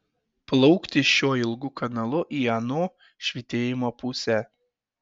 plaukti šiuo ilgu kanalu į ano švytėjimo pusę